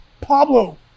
Pablo